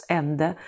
ände